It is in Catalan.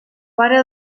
pare